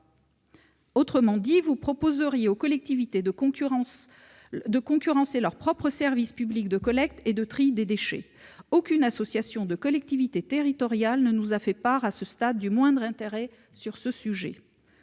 Autrement dit, vous proposeriez aux collectivités de concurrencer leur propre service public de collecte et de tri des déchets. Aucune association de collectivités territoriales ne nous a fait part, à ce stade, du moindre intérêt sur ce sujet.